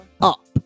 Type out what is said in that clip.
up